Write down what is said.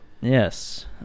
Yes